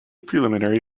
preliminary